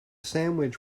sandwich